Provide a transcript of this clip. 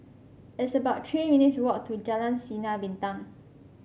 it's about Three minutes' walk to Jalan Sinar Bintang